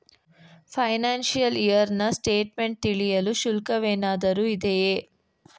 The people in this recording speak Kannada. ಫೈನಾಶಿಯಲ್ ಇಯರ್ ನ ಸ್ಟೇಟ್ಮೆಂಟ್ ತಿಳಿಯಲು ಶುಲ್ಕವೇನಾದರೂ ಇದೆಯೇ?